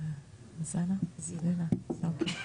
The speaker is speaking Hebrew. מספיק עבודה.